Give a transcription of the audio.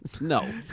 no